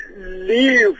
leave